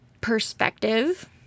perspective